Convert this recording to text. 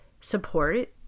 support